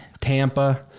tampa